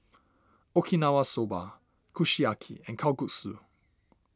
Okinawa Soba Kushiyaki and Kalguksu